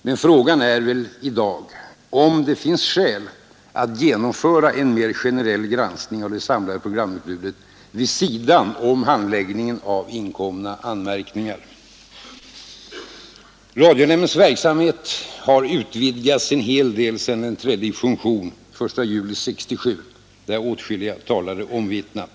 Men fråga är väl i dag, om det finns skäl att genomföra en mer generell granskning av det samlade programutbudet vid sidan om handläggningen av inkomna anmärkningar. Radionämndens verksamhet har utvidgats en hel del sedan nämnden trädde ifunktion den 1 juli 1967; det har atskilliga talare omvittnat.